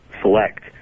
select